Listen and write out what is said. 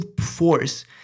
force